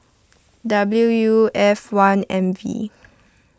W U F one M V